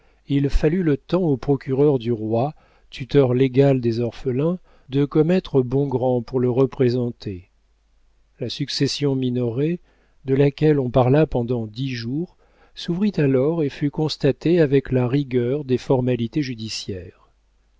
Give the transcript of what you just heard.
il fallut le temps au procureur du roi tuteur légal des orphelins de commettre bongrand pour le représenter la succession minoret de laquelle on parla pendant dix jours s'ouvrit alors et fut constatée avec la rigueur des formalités judiciaires